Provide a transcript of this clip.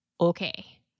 Okay